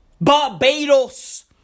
Barbados